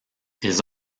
ils